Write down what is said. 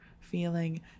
feeling